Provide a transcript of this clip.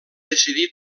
decidir